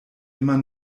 immer